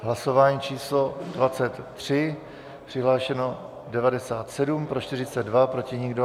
Hlasování číslo 23. Přihlášeno 97, pro 42, proti nikdo.